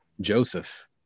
Joseph